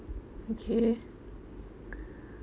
okay